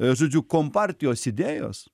žodžiu kompartijos idėjos